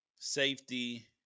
safety